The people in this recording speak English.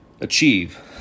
achieve